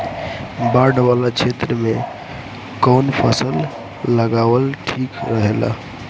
बाढ़ वाला क्षेत्र में कउन फसल लगावल ठिक रहेला?